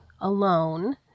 alone